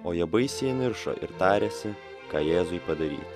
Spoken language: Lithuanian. o jie baisiai įniršo ir tarėsi ką jėzui padaryt